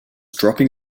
dropping